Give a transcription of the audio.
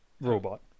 robot